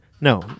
no